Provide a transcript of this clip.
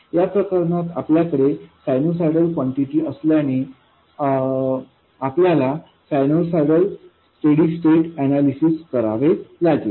या प्रकरणात आपल्याकडे सायनुसायडल क्वान्टिटी असल्याने आपल्याला सायनुसायडल स्टेडी स्टैट अनैलिसिस करावे लागेल